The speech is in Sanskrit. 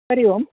हरि ओम्